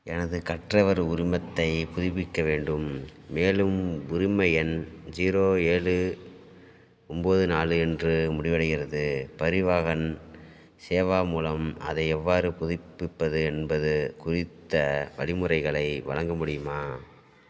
எனது கற்றவர் உரிமத்தை புதுப்பிக்க வேண்டும் மேலும் உரிம எண் ஜீரோ ஏழு ஒம்போது நாலு என்று முடிவடைகிறது பரிவாஹன் சேவா மூலம் அதை எவ்வாறு புதுப்பிப்பது என்பது குறித்த வழிமுறைகளை வழங்க முடியுமா